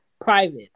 private